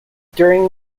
during